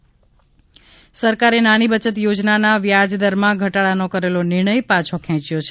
નાણામંત્રી સરકારે નાની બયત યોજનાઓના વ્યાજ દરમાં ઘટાડાનો કરેલો નિર્ણય પાછો ખેંચ્યો છે